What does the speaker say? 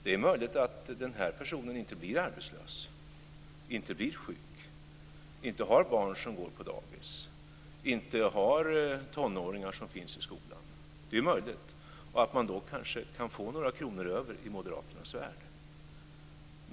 Det är möjligt att denna person inte blir arbetslös, inte blir sjuk, inte har barn som går på dagis och inte har tonåringar som finns i skolan. De är möjligt. Då kan han kanske få några kronor över i moderaternas värld.